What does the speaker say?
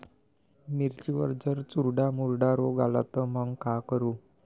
मिर्चीवर जर चुर्डा मुर्डा रोग आला त मंग का करू?